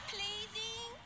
Pleasing